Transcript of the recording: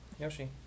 Yoshi